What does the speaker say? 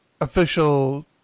official